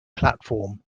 platform